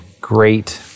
great